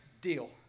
deal